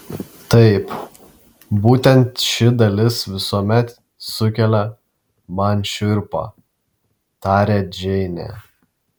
taip būtent ši dalis visuomet sukelia man šiurpą tarė džeinė